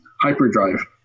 hyperdrive